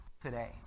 today